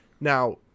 now